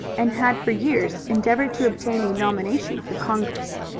and had for years endeavored to obtain a nomination for congress.